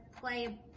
play